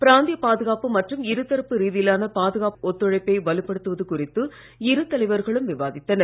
பிராந்திய பாதுகாப்பு மற்றும் இருதரப்பு ரீதியிலான பாதுகாப்பு ஒத்துழைப்பை வலுப்படுத்துவது குறித்து இரு தலைவர்களும் விவாதித்தனர்